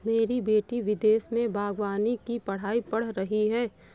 मेरी बेटी विदेश में बागवानी की पढ़ाई पढ़ रही है